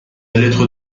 lettre